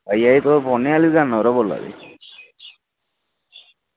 भइया तुस फोनै आह्ली दुकानै उप्परा बोल्ला दे